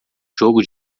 jogo